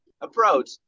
approach